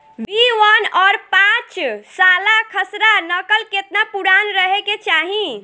B one और पांचसाला खसरा नकल केतना पुरान रहे के चाहीं?